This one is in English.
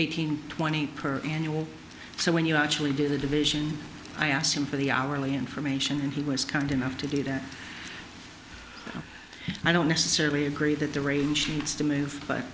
eighteen twenty per annual so when you actually do the division i asked him for the hourly information and he was kind enough to do that i don't necessarily agree that the arrangements to move but